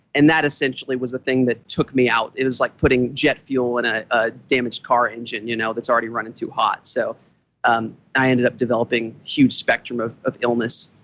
and that essentially was the thing that took me out. it was like putting jet fuel in ah a damaged car engine you know that's already running too hot. so um i ended up developing a huge spectrum of of illness,